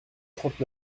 trente